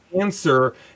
answer